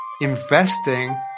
investing